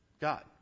God